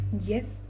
yes